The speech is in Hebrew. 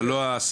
אבל לא ההסעה.